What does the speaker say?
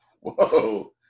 Whoa